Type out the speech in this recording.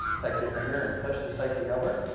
take your finger and push the safety over.